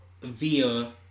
via